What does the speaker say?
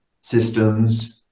systems